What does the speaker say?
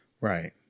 Right